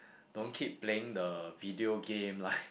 don't keep playing the video game like